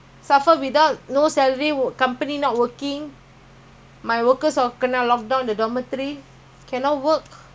at least the government pay the workers government never pay to the locals you know don't have only